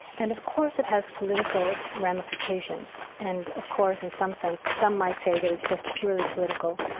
and of course, it has political ramifications and, of course, in some sense, some might say that it's just purely political.